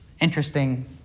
interesting